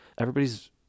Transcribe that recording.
Everybody's